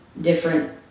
different